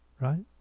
right